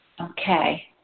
Okay